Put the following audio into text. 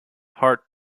heart